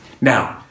Now